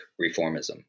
reformism